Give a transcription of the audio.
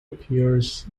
appears